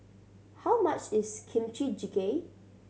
how much is Kimchi Jjigae